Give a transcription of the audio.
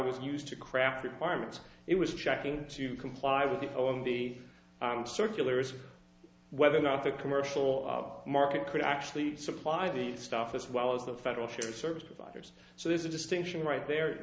was used to craft requirements it was checking to comply with the o m b circulars whether or not the commercial market could actually supply the stuff as well as the federal cherry service providers so there's a distinction right there